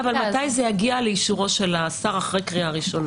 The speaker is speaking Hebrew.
אבל מתי זה יגיע לאישורו של השר אחרי קריאה ראשונה?